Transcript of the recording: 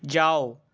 যাও